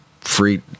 free